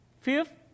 Fifth